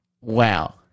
Wow